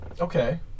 Okay